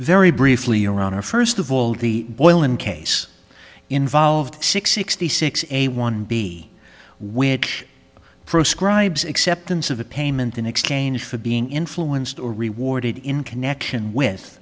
very briefly around a first of all the oil in case involved six sixty six a one b which proscribes acceptance of the payment in exchange for being influenced or rewarded in connection